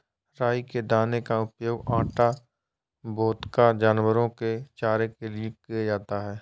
राई के दाने का उपयोग आटा, वोदका, जानवरों के चारे के लिए किया जाता है